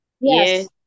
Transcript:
yes